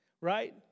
right